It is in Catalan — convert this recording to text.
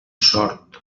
sort